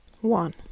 One